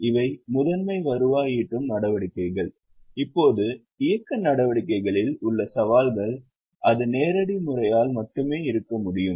இவை முதன்மை வருவாய் ஈட்டும் நடவடிக்கைகள் இப்போது இயக்க நடவடிக்கைகளில் உள்ள சவால்கள் அது நேரடி முறையால் மட்டுமே இருக்க முடியும்